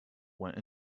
went